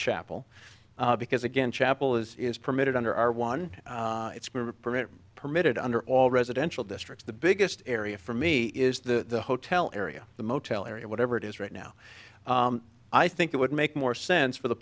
chapel because again chapel is is permitted under our one permit permitted under all residential districts the biggest area for me is the hotel area the motel area whatever it is right now i think it would make more sense for the